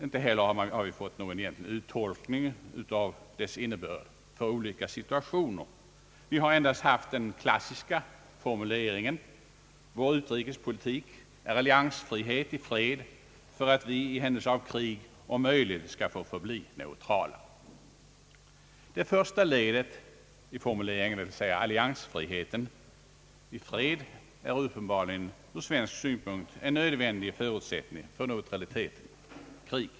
Inte heller har vi fått någon egentlig uttolkning av dess innebörd i olika situationer. Vi har endast att tillgå den klassiska formuleringen: vår utrikespolitik är alliansfrihet i fred för att vi i händelse av krig om möjligt skall få förbli neutrala. Det första ledet i formuleringen — d. v. s. alliansfriheten i fred är uppenbarligen ur svensk synpunkt en nödvändig förutsättning för neutraliteten under krig.